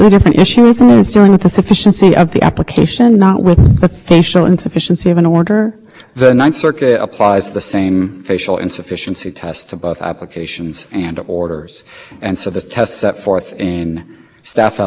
warranted let's put it in our brief it's the ninth circuit stuff felt decision four fifty one of thirty five seventy five eighty two going back to my question if we could when we said